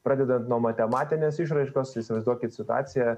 pradedant nuo matematinės išraiškos įsivaizduokit situaciją